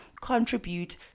contribute